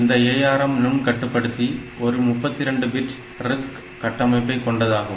இந்த ARM நுண்கட்டுப்படுத்தி ஒரு 32 பிட் RISC கட்டமைப்பை கொண்டதாகும்